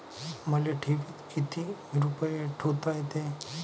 मले ठेवीत किती रुपये ठुता येते?